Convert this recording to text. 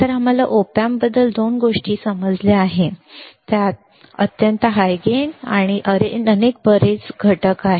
तर आम्हाला op amp बद्दल दोन गोष्टी समजल्या त्यात अत्यंत हाय गेन उच्च लाभ आहे आणि त्यात बरेच घटक आहेत